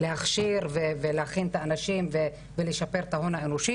להכשיר ולהכין את האנשים ולשפר את ההון האנושי,